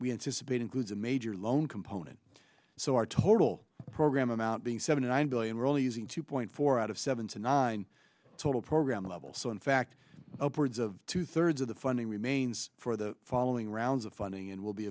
we anticipate includes a major loan component so our total program amount being seventy nine billion we're only using two point four out of seven to nine total program level so in fact upwards of two thirds of the funding remains for the following rounds of funding and will be